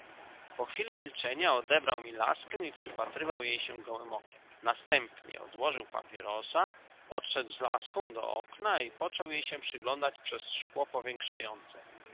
po chwili milczenia odebrał mi laskę i przypatrywał jej się gołem okiem następnie odłożył papierosa odszedł z laską do okna i począł jej się przyglądać przez szkło powiększające